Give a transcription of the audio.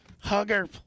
hugger